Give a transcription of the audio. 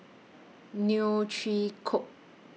Neo Chwee Kok